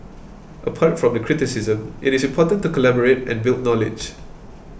apart from the criticism it is important to collaborate and build knowledge